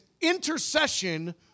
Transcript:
intercession